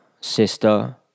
sister